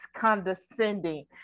condescending